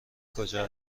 کجا